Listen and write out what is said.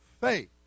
faith